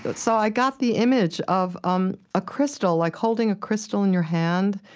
but so i got the image of um a crystal, like holding a crystal in your hand,